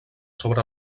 sobre